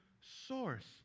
source